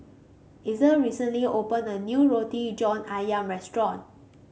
Ezell recently opened a new Roti John ayam restaurant